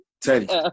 Teddy